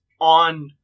on